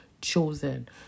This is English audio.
chosen